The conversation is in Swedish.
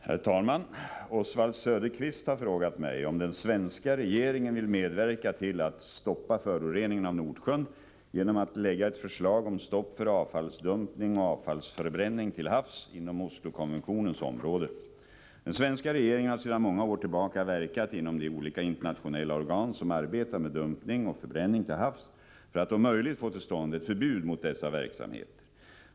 Herr talman! Oswald Söderqvist har frågat mig om den svenska regeringen vill medverka till att stoppa föroreningen av Nordsjön genom att lägga ett förslag om stopp för avfallsdumpning och avfallsförbränning till havs inom Oslokonventionens område. Den svenska regeringen har sedan många år tillbaka verkat inom de olika internationella organ, som arbetar med dumpning och förbränning till havs, för att om möjligt få till stånd ett förbud mot dessa verksamheter.